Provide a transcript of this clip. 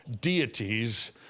deities